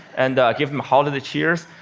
and gave them holiday cheers.